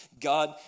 God